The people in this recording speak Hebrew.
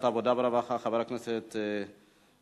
התשע"ב 2012, עברה בקריאה הראשונה.